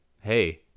hey